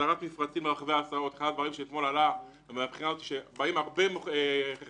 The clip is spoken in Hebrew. הסדרת מפרצים לרכבי הסעות - באים הרבה רכבי